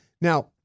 Now